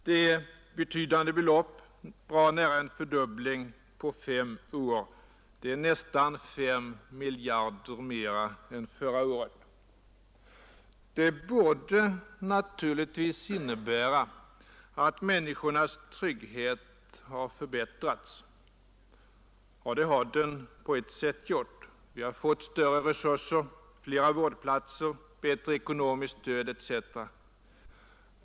Det är ett betydande belopp, bra nära en fördubbling på fem år och nästan 5 miljarder kronor mer än förra året. Det borde naturligtvis innebära att människornas trygghet har förbättrats, och det har den på ett sätt gjort. Vi har fått större resurser, fler vårdplatser, bättre utformat ekonomiskt stöd etc.